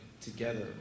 together